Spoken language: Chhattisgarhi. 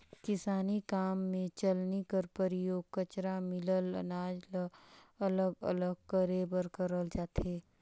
किसानी काम मे चलनी कर परियोग कचरा मिलल अनाज ल अलग अलग करे बर करल जाथे